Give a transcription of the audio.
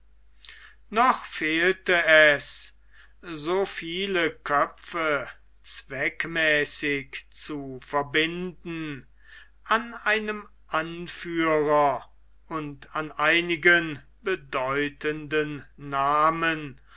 noch fehlte es so viele köpfe zweckmäßig zu verbinden an einem anführer und an einigen bedeutenden namen